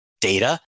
data